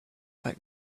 fact